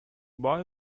boy